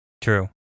true